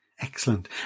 Excellent